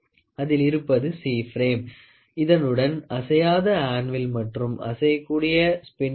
அதில் இருப்பது C frame இதனுடன் அசையாத ஆன்வில் மற்றும் அசையக் கூடிய ஸ்பிண்டில் உள்ளது